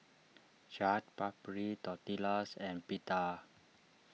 Chaat Papri Tortillas and Pita